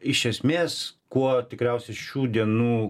iš esmės kuo tikriausiai šių dienų